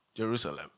Jerusalem